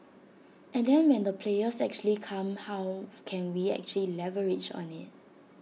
and then when the players actually come how can we actually leverage IT